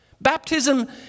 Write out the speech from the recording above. Baptism